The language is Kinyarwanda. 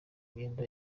imyenda